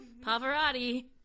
Pavarotti